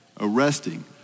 arresting